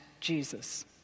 Jesus